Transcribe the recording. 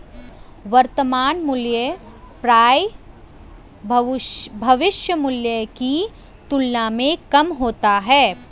वर्तमान मूल्य प्रायः भविष्य मूल्य की तुलना में कम होता है